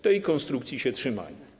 Tej konstrukcji się trzymajmy.